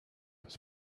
was